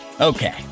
Okay